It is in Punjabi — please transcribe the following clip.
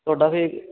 ਤੁਹਾਡਾ ਵੀ